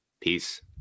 Peace